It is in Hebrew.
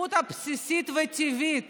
הזכות הבסיסית והטבעית